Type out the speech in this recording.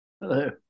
hello